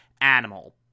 animal